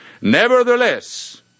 Nevertheless